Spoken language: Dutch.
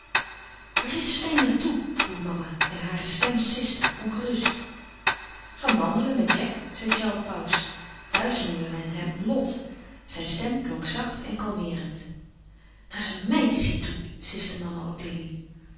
waar is steyn naar toe vroeg mama en hare stem siste ongerust gaan wandelen met jack zei charles pauws thuis noemde men hem lot zijn stem klonk zacht en kalmeerend naar zijn meid is hij toe siste mama